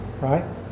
Right